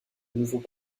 nouveau